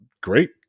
great